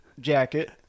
jacket